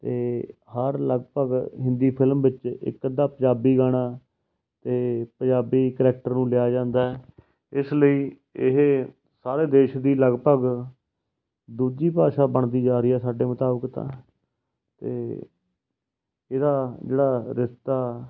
ਅਤੇ ਹਰ ਲਗਭਗ ਹਿੰਦੀ ਫਿਲਮ ਵਿੱਚ ਇੱਕ ਅੱਧਾ ਪੰਜਾਬੀ ਗਾਣਾ ਅਤੇ ਪੰਜਾਬੀ ਕਰੈਕਟਰ ਨੂੰ ਲਿਆ ਜਾਂਦਾ ਇਸ ਲਈ ਇਹ ਸਾਰੇ ਦੇਸ਼ ਦੀ ਲਗਭਗ ਦੂਜੀ ਭਾਸ਼ਾ ਬਣਦੀ ਜਾ ਰਹੀ ਹੈ ਸਾਡੇ ਮੁਤਾਬਿਕ ਤਾਂ ਅਤੇ ਇਹਦਾ ਜਿਹੜਾ ਰਿਸ਼ਤਾ